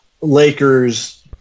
Lakers